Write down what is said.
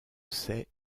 sait